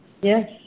Yes